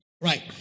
Right